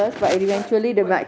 but but